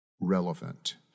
relevant